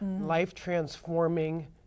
life-transforming